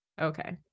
okay